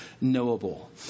knowable